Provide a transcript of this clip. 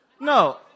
No